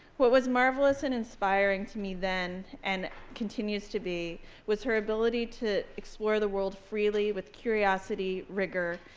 what was marvelous and inspiring to me then and continues to be was her ability to explore the world freely with curiosity, rigor,